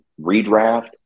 redraft